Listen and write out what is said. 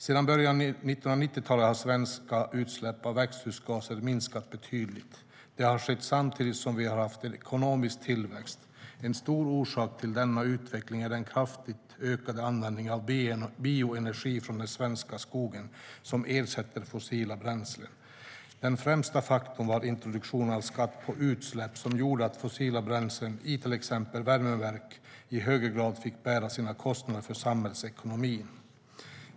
Sedan början av 1990-talet har de svenska utsläppen av växthusgaser minskat betydligt. Detta har skett samtidigt som vi har haft ekonomisk tillväxt. En stor orsak till denna utveckling är den kraftigt ökade användningen av bioenergi från den svenska skogen som ersätter fossila bränslen. Den främsta faktorn var introduktionen av skatt på utsläpp, som gjorde att fossila bränslen i till exempel värmeverk i högre grad fick bära sina kostnader för samhällsekonomin.